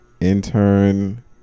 intern